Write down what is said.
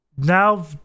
Now